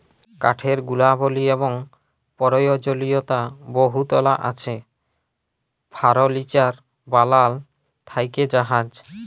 কাঠের গুলাবলি এবং পরয়োজলীয়তা বহুতলা আছে ফারলিচার বালাল থ্যাকে জাহাজ